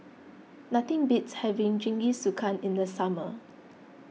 nothing beats having Jingisukan in the summer